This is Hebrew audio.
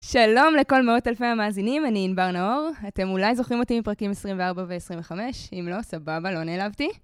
שלום לכל מאות אלפי המאזינים, אני ענבר נאור. אתם אולי זוכרים אותי מפרקים 24 ו-25, אם לא, סבבה, לא נעלבתי.